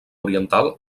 oriental